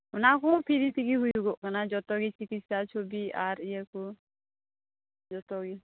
ᱚᱱᱟ ᱠᱚᱦᱚᱸ ᱯᱷᱨᱤ ᱛᱮᱜᱮ ᱦᱩᱭᱩᱜᱚᱜ ᱠᱟᱱᱟ ᱡᱚᱛᱯ ᱜᱮ ᱪᱤᱠᱤᱥᱥᱟ ᱪᱷᱩᱵᱤ ᱟᱨ ᱤᱭᱟᱹ ᱠᱚ ᱡᱚᱛᱚ ᱜᱮ